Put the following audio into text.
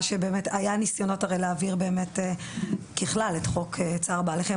שבאמת היה ניסיונות להעביר ככלל את חוק צער בעלי חיים